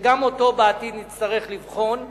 שגם אותו נצטרך לבחון בעתיד.